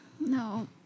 No